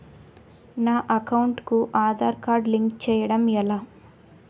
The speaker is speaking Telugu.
నా అకౌంట్ కు ఆధార్ కార్డ్ లింక్ చేయడం ఎలా?